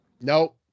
Nope